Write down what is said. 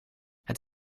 het